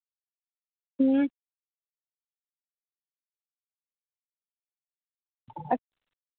अच्छा